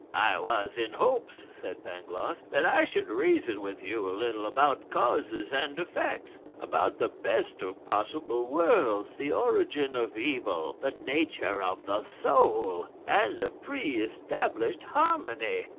i was in hopes, said pangloss, that i should reason with you a little about causes and effects, about the best of possible worlds, the origin of evil, the nature of the soul, and the pre-established harmony.